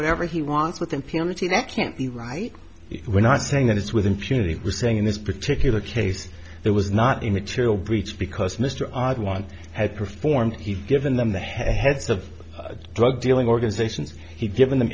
whatever he wants with impunity that can't be right we're not saying that it's with impunity we're saying in this particular case there was not a material breach because mr odd one had performed he'd given them the heads of drug dealing organizations he'd given the